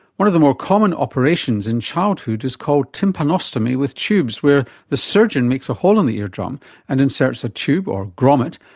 one of the more common operations in childhood is called tympanostomy with tubes, where the surgeon makes a hole in the ear drum and inserts a tube, or grommet,